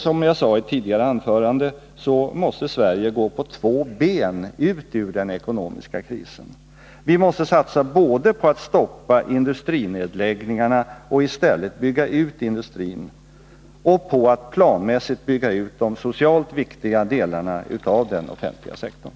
Som jag sade i ett tidigare anförande måste Sverige gå på två ben ut ur den ekonomiska krisen. Vi måste satsa såväl på att stoppa industrinedläggningarna och i stället bygga ut industrin som på att planmässigt bygga ut de socialt viktiga delarna av den offentliga sektorn.